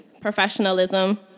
professionalism